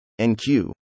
NQ